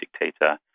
dictator